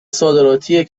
صادراتی